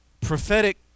prophetic